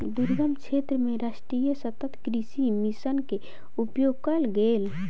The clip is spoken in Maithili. दुर्गम क्षेत्र मे राष्ट्रीय सतत कृषि मिशन के उपयोग कयल गेल